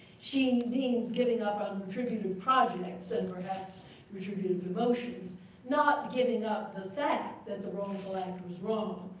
she means giving up um retributive projects, and perhaps retributive emotions, not giving up the fact that the wrongful act was wrong.